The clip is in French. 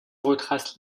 retrace